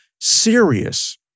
serious